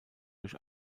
durch